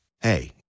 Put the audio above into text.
Hey